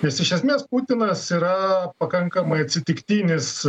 nes iš esmės putinas yra pakankamai atsitiktinis